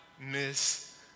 miss